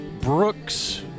Brooks